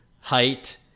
height